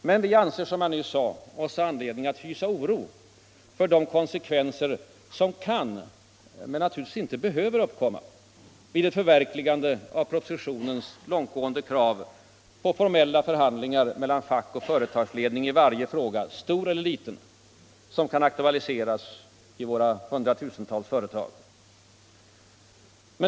Men vi anser oss ha anledning att hysa oro för de konsekvenser som kan — men naturligtvis inte behöver — uppkomma vid ett förverkligande av propositionens långtgående krav på formella förhandlingar mellan fack och företagsledning i varje fråga, stor eller liten, som kan aktualiseras i våra hundratusentals företag.